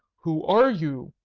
who are you?